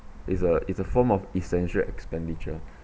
it's a it's a form of essential expenditure